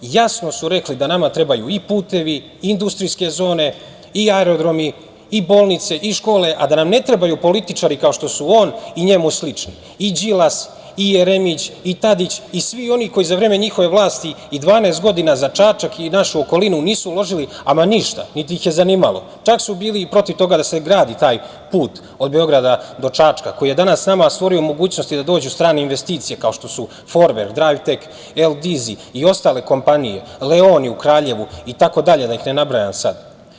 Jasno su rekli da nama trebaju i putevi i industrijske zone i aerodromi i bolnice i škole, a da nam ne trebaju političari kao što su on i njemu slični, i Đilas, i Jeremić, i Tadić, i svi oni koji za vreme njihove vlasti i 12 godina za Čačak i našu okolinu nisu uložili ama ništa, niti ih je zanimalo, čak su i bili protiv toga da se gradi taj put od Beograda do Čačka koji je danas nama stvorio mogućnosti da dođu strane investicije kao što su Forverk drajvtek, Eldizi i ostale kompanije, Leoni u Kraljevu i tako dalje, da ih ne nabrajam sad.